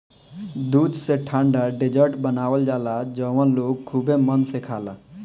दूध से ठंडा डेजर्ट बनावल जाला जवन लोग खुबे मन से खाला